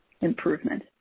improvement